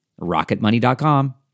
RocketMoney.com